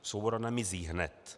Svoboda nemizí hned.